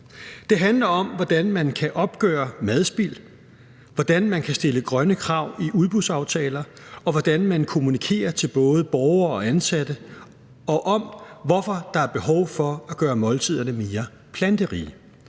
Det handler om, hvordan man kan opgøre madspild, hvordan man kan stille grønne krav i udbudsaftaler, og hvordan man kommunikerer til både borgere og ansatte om, hvorfor der er behov for at gøre måltiderne mere planterige.